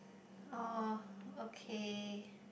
oh okay